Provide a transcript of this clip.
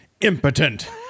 impotent